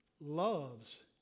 loves